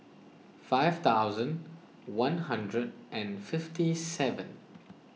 five thousand one hundred and fifty seven